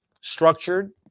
structured